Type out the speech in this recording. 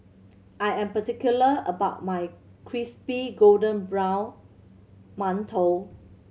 I am particular about my crispy golden brown mantou